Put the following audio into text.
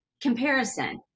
comparison